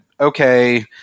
okay